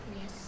Yes